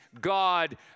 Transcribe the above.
God